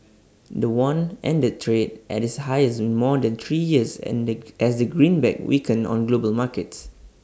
the won ended trade at its highest in more than three years as the greenback weakened on global markets